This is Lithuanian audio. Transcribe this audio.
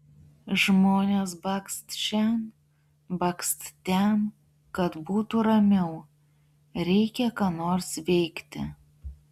žmonės bakst šen bakst ten kad būtų ramiau reikia ką nors veikti